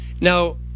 Now